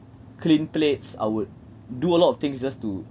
clean plates I would do a lot of things just to